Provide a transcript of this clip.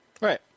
Right